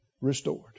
restored